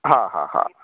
ਹਾਂ ਹਾਂ ਹਾਂ